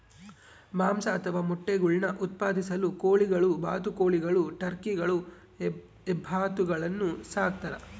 ಮಾಂಸ ಅಥವಾ ಮೊಟ್ಟೆಗುಳ್ನ ಉತ್ಪಾದಿಸಲು ಕೋಳಿಗಳು ಬಾತುಕೋಳಿಗಳು ಟರ್ಕಿಗಳು ಹೆಬ್ಬಾತುಗಳನ್ನು ಸಾಕ್ತಾರ